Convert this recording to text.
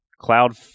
cloud